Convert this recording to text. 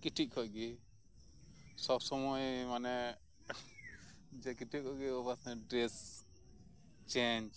ᱠᱟᱹᱴᱤᱡ ᱠᱷᱚᱱ ᱜᱮ ᱥᱚᱵᱽ ᱥᱚᱢᱚᱭ ᱢᱟᱱᱮ ᱡᱮ ᱠᱟᱹᱴᱤᱡ ᱠᱷᱚᱱ ᱜᱮ ᱚᱵᱷᱟᱨ ᱠᱚᱱᱯᱷᱤᱰᱮᱱᱥ ᱪᱮᱧᱡᱽ